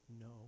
No